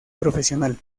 profesional